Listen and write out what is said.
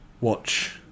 watch